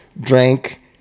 drank